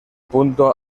punto